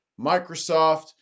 Microsoft